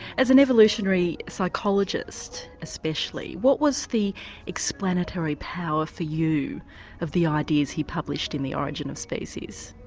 as an evolutionary psychologist especially, what was the explanatory power for you of the ideas he published in the origin of species?